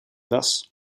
thus